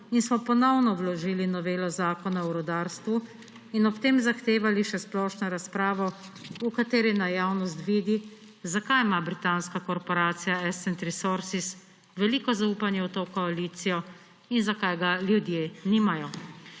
in smo ponovno vložili novelo Zakona o rudarstvu in ob tem zahtevali še splošno razpravo, v kateri naj javnost vidi, zakaj ima britanska korporacija Ascent Resources veliko zaupanje v to koalicijo in zakaj ga ljudje nimajo.